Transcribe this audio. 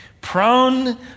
Prone